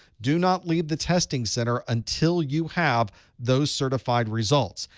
do not leave the testing center until you have those certified results.